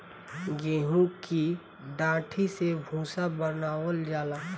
गेंहू की डाठी से भूसा बनावल जाला